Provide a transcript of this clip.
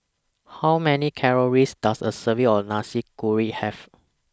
How Many Calories Does A Serving of Nasi Kuning Have